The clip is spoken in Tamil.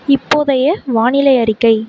இப்போதைய வானிலை அறிக்கை